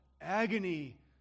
agony